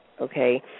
okay